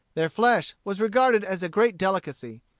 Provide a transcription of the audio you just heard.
their flesh was regarded as a great delicacy.